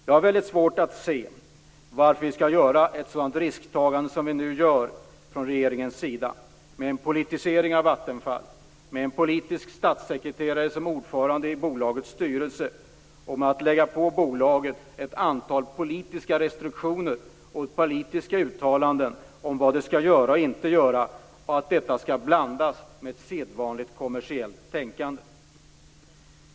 Jag har mycket svårt att se varför regeringen skall göra ett sådant risktagande som den nu gör med en politisering av Vattenfall, med en politisk statssekreterare som ordförande i bolagets styrelse, och att lägga på bolaget ett antal politiska restriktioner genom politiska uttalanden om vad det skall göra och inte göra och att detta skall blandas med sedvanligt kommersiellt tänkande.